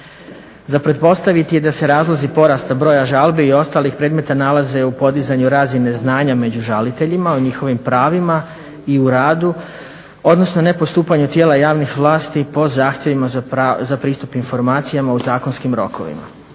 Za pretpostaviti je da se razlozi porasta broja žalbi i ostalih predmeta nalaze u podizanju razine znanja među žaliteljima o njihovim pravima i u radu, odnosno ne postupanju tijela javnih vlasti po zahtjevima za pristup informacijama u zakonskim rokovima.